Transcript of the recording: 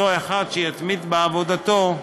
מי שיתמיד בעבודתו,